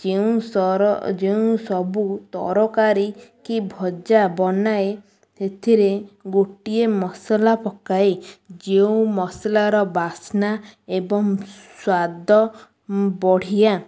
ଯେଉଁ ଯେଉଁ ସବୁ ତରକାରୀ କି ଭଜା ବନାଏ ସେଥିରେ ଗୋଟିଏ ମସଲା ପକାଏ ଯେଉଁ ମସଲାର ବାସ୍ନା ଏବଂ ସ୍ୱାଦ ବଢ଼ିଆ